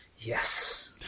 Yes